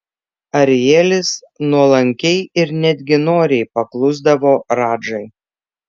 arielis nuolankiai ir netgi noriai paklusdavo radžai